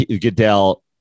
Goodell